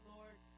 Lord